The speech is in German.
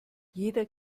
jeder